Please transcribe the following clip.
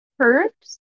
herbs